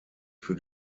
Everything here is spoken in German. für